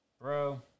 bro